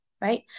right